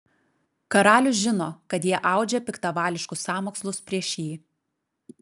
karalius žino kad jie audžia piktavališkus sąmokslus prieš jį